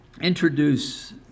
introduce